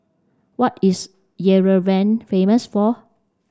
what is Yerevan famous for